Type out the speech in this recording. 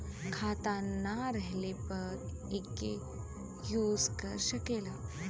खाता ना रहले पर एके यूज कर सकेला